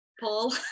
Paul